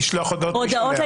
נכון.